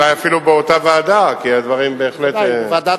אולי אפילו באותה ועדה, כי הדברים בהחלט, ודאי.